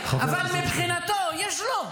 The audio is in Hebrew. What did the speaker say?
אבל מבחינתו יש לו.